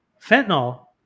fentanyl